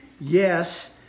yes